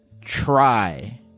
try